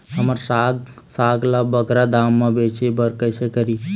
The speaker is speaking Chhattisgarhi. हमर साग साग ला बगरा दाम मा बेचे बर कइसे करी?